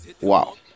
Wow